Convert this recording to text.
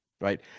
right